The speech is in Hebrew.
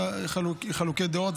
היו חילוקי דעות,